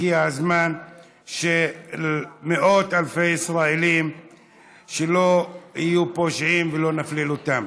הגיע הזמן שמאות אלפי ישראלים שלא יהיו פושעים ולא נפליל אותם.